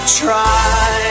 try